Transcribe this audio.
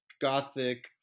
gothic